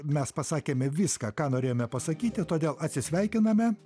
mes pasakėme viską ką norėjome pasakyti todėl atsisveikiname